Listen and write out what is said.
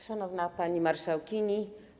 Szanowna Pani Marszałkini!